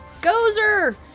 Gozer